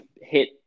hit